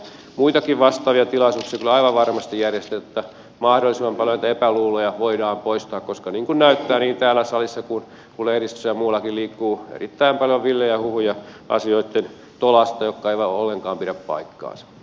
muitakin vastaavia tilaisuuksia kyllä aivan varmasti järjestetään jotta mahdollisimman paljon näitä epäluuloja voidaan poistaa koska niin kuin näyttää niin täällä salissa kuin lehdistössä ja muuallakin liikkuu asioitten tolasta erittäin paljon villejä huhuja jotka eivät ollenkaan pidä paikkaansa